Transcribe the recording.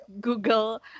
Google